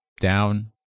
down